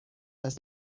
است